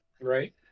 Right